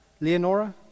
Leonora